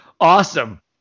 Awesome